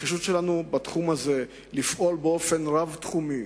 הנחישות שלנו לפעול בתחום הזה באופן רב-תחומי,